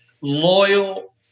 Loyal